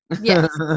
Yes